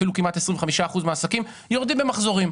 אפילו כמעט 25 אחוזים מהעסקים שיורדים במחזורים.